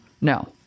no